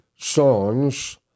Songs